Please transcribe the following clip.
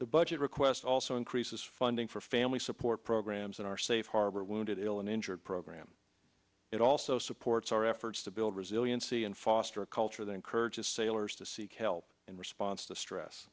the budget request also increases funding for family support programs in our safe harbor wounded ill and injured program it also supports our efforts to build resiliency and foster a culture that encourages sailors to seek help in response to stress